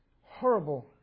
horrible